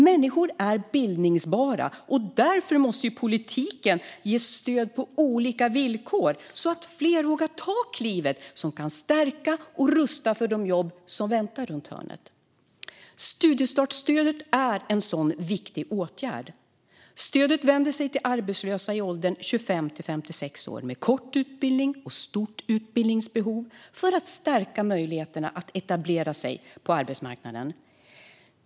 Människor är bildbara, och därför måste politiken ge stöd på olika villkor så att fler vågar ta klivet som kan stärka och rusta dem för de jobb som väntar runt hörnet. Studiestartsstödet är en sådan viktig åtgärd. Stödet vänder sig till arbetslösa i åldern 25-56 år med kort utbildning och stort utbildningsbehov för att stärka deras möjligheter att etablera sig på arbetsmarknaden.